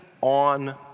on